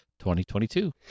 2022